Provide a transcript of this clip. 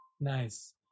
Nice